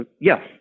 Yes